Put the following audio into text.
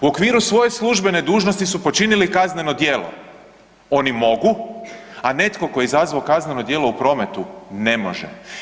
U okviru svoje službene dužnosti su počinili kazneno djelo, oni mogu, a neko ko je izazvao kazneno djelo u prometu ne može.